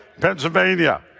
Pennsylvania